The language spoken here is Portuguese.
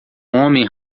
homem